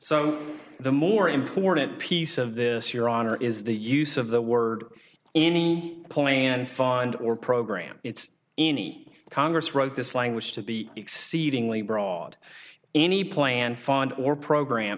so the more important piece of this your honor is the use of the word any plan fund or program its any congress wrote this language to be exceedingly broad any plan fund or program